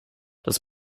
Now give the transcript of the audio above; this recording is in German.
das